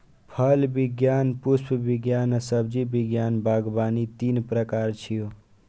फल विज्ञान, पुष्प विज्ञान आ सब्जी विज्ञान बागवानी तीन प्रकार छियै